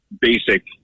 basic